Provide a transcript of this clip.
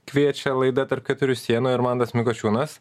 kviečia laida tarp keturių sienų ir mantas mikočiūnas